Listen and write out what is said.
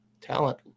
talent